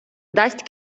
дасть